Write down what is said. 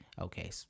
okay